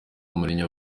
mourinho